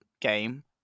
game